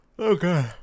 Okay